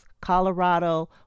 Colorado